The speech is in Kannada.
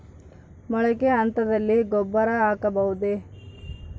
ಮೊಳಕೆ ಹಂತದಲ್ಲಿ ಗೊಬ್ಬರ ಹಾಕಬಹುದೇ?